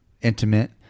intimate